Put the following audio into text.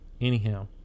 Anyhow